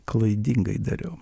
klaidingai dariau